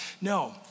No